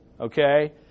Okay